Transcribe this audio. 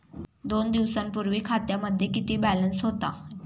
दोन दिवसांपूर्वी खात्यामध्ये किती बॅलन्स होता?